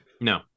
No